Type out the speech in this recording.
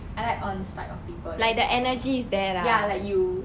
I like ons type of people that's ya like you